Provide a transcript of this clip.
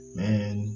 man